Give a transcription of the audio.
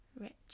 rich